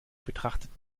betrachtet